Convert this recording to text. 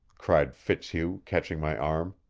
cried fitzhugh, catching my arm.